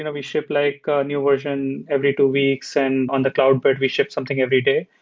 ah we ship like new version every two weeks and on the cloud, but we ship something every day.